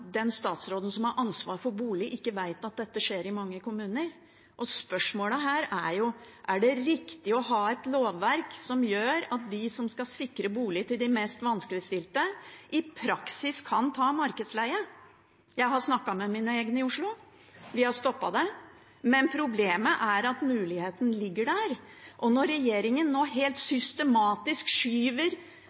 den statsråden som har ansvar for bolig, ikke vet at dette skjer i mange kommuner. Spørsmålet her er: Er det riktig å ha et lovverk som gjør at de som skal sikre bolig til de mest vanskeligstilte, i praksis kan ta markedsleie? Jeg har snakket med mine egne i Oslo, vi har stoppet det. Men problemet er at muligheten ligger der, og når regjeringen nå helt systematisk skyver